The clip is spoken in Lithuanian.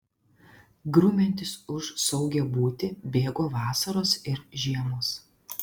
grumiantis už saugią būtį bėgo vasaros ir žiemos